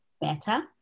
better